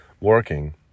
working